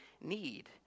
need